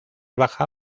baja